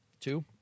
two